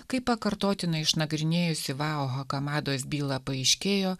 kai pakartotinai išnagrinėjus ivao hakamados bylą paaiškėjo